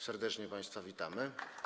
Serdecznie państwa witamy.